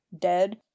dead